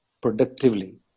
productively